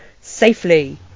safely